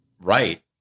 Right